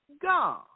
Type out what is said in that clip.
God